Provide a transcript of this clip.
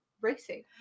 racing